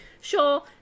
Sure